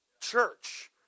church